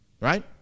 right